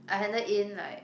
I handled in like